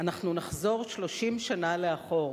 אנחנו נחזור 30 שנה לאחור.